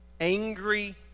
Angry